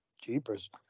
Jeepers